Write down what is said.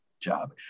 job